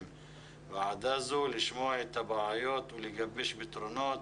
הוועדה הזו כדי לשמוע על הבעיות ולגבש פתרונות.